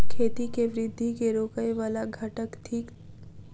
खेती केँ वृद्धि केँ रोकय वला घटक थिक?